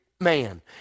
man